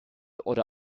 oder